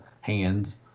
hands